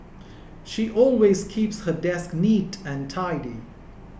she always keeps her desk neat and tidy